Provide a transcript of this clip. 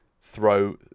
throw